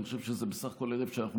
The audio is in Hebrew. אני חושב שזה בסך הכול ערב שאנחנו